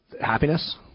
happiness